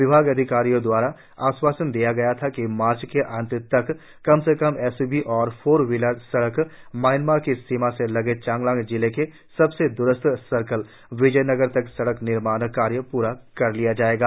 विभाग अधिकारियों द्वारा आश्वासन दिया गया था कि मार्च के अंत तक कम से कम एसयूवी और चार पहिया ड्राइव म्यांमार की सीमा से लगे चंगलांग जिले के सबसे द्रस्थ सर्कल विजयनगर तक सड़क निर्माण कार्य प्रा कर लिया जायेगा